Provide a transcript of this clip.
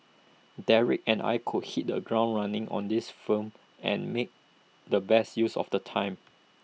Derek and I could hit the ground running on this film and make the best use of the time